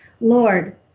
Lord